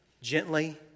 gently